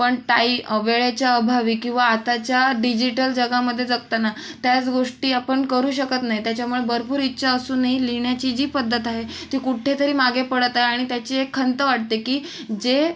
पण टाई वेळेच्या अभावी किवा आताच्या डिजीटल जगामध्ये जगताना त्याच गोष्टी आपण करू शकत नाही त्याच्यामुळे भरपूर इच्छा असूनही लिहिण्याची जी पद्धत आहे ती कुठेतरी मागे पडत आहे आणि त्याची एक खंत वाटते की जे